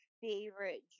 favorite